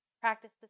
practice